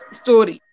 story